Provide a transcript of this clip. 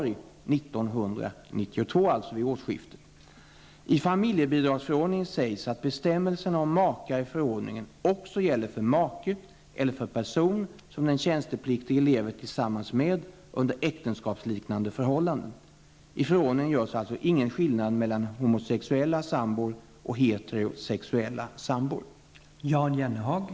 I förordningen görs alltså ingen skillnad mellan homosexuella sambor och heterosexuella sambor. Då Gudrun Schyman, som framställt frågan, anmält att hon var förhindrad att närvara vid sammanträdet, medgav andre vice talmannen att